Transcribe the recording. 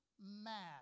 mad